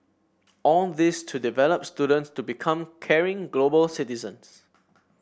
all this to develop students to become caring global citizens